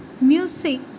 Music